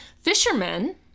fishermen